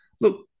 look